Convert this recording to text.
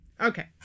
Okay